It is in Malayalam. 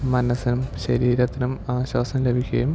മനസ്സിനും ശരീരത്തിനും ആശ്വാസം ലഭിക്കുകയും